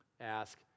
Ask